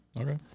Okay